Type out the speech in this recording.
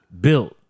Built